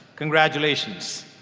congratulations.